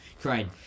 crying